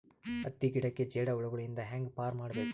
ಹತ್ತಿ ಗಿಡಕ್ಕೆ ಜೇಡ ಹುಳಗಳು ಇಂದ ಹ್ಯಾಂಗ್ ಪಾರ್ ಮಾಡಬೇಕು?